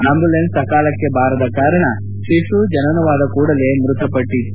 ambulance ಸಕಾಲಕ್ಕೆ ಬಾರದ ಕಾರಣ ಶಿಶು ಜನನವಾದ ಕೂಡಲೆ ಮೃತಪಟ್ಲತ್ತು